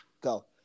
Go